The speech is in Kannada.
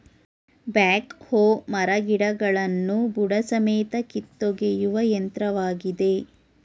ಬ್ಯಾಕ್ ಹೋ ಮರಗಿಡಗಳನ್ನು ಬುಡಸಮೇತ ಕಿತ್ತೊಗೆಯುವ ಯಂತ್ರವಾಗಿದೆ